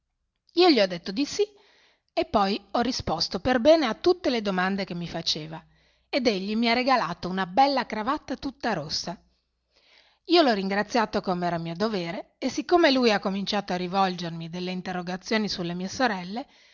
io gli ho detto di sì e poi ho risposto per bene a tutte le domande che mi faceva ed egli mi ha regalato una bella cravatta tutta rossa io l'ho ringraziato come era mio dovere e siccome lui ha cominciato a rivolgermi delle interrogazioni sulle mie sorelle